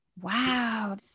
Wow